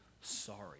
sorry